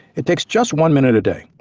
it takes just one minute a day,